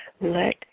Let